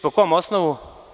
Po kom osnovu?